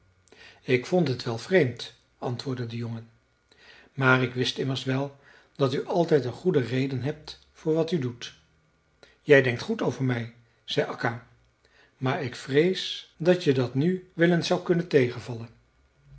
ik vond het wel vreemd antwoordde de jongen maar ik wist immers wel dat u altijd een goede reden hebt voor wat u doet je denkt goed over mij zei akka maar ik vrees dat je dat nu wel eens zou kunnen tegenvallen